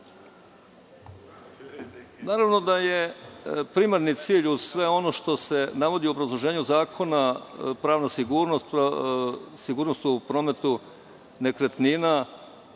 propiše. Naravno da je primarni cilj, uz sve ono što se navodi u obrazloženju zakona, pravna sigurnost, sigurnost u prometu nekretnina,